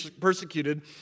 persecuted